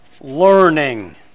learning